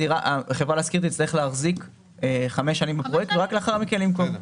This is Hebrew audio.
חברה להשכיר תצטרך להחזיק חמש שנים בפרויקט ורק לאחר מכן למכור.